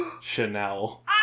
Chanel